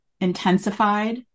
intensified